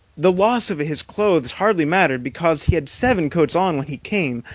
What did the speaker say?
the loss of his clothes hardly mattered, because he had seven coats on when he came,